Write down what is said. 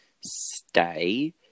stay